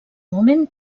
moment